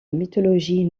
mythologie